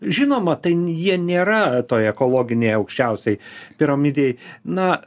žinoma tai jie nėra toje ekologinėje aukščiausioj piramidėj na